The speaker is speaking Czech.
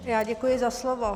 Já děkuji za slovo.